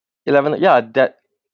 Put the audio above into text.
eleven ya that